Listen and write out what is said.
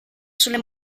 sulle